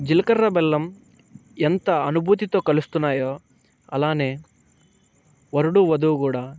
జీలకర్ర బెల్లం ఎంత అనుభూతితో కలుస్తున్నాయో అలానే వరుడు వధువు గూడా